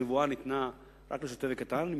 הנבואה ניתנה רק לשוטה וקטן,